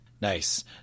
Nice